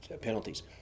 penalties